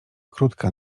krótka